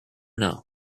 know